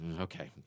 Okay